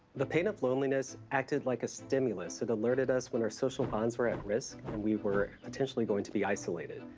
the pain of loneliness acted like a stimulus. it alerted us when our social bonds were at risk and we were potentially going to be isolated.